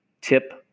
tip